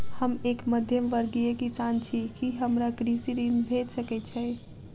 हम एक मध्यमवर्गीय किसान छी, की हमरा कृषि ऋण भेट सकय छई?